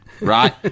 right